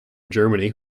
germany